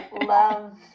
love